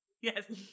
Yes